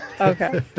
Okay